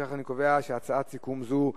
לפיכך, אני קובע שהצעת סיכום זו התקבלה.